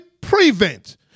prevent